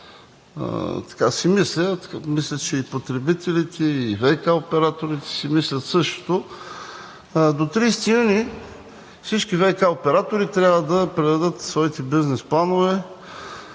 така си мисля, а мисля, че и потребителите, и ВиК операторите си мислят същото. До 30 юни всички ВиК оператори трябва да предадат своите бизнес планове